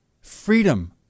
freedom